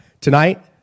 tonight